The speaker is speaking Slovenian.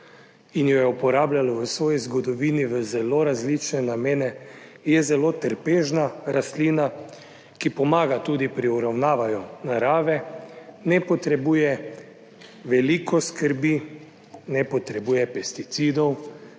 in jo je uporabljajo v svoji zgodovini v zelo različne namene, je zelo trpežna rastlina, ki pomaga tudi pri uravnavanju narave, ne potrebuje veliko skrbi, ne potrebuje pesticidov